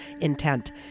intent